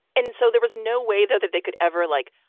and so there was no way, though, that they could ever, like,